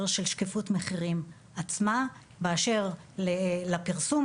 של שקיפות מחירים עצמה באשר לפרסום,